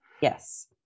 Yes